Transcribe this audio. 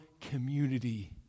community